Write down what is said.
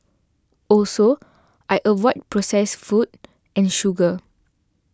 also I avoid processed food and sugar